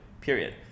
period